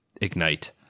ignite